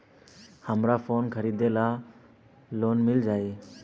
हमरा फोन खरीदे ला लोन मिल जायी?